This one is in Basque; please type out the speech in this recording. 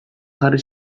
jarri